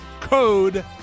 code